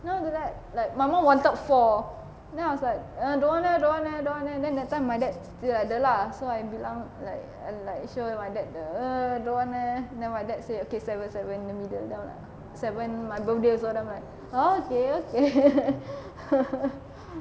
no like like my mum wanted four then I was like eh don't want leh don't want leh don't want leh then that time my dad still ada lah so I bilang like err like show my dad the err don't want then my dad say okay seven seven in the middle down lah seven my birthday that [one] err okay okay